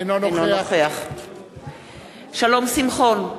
אינו נוכח שלום שמחון,